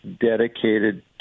dedicated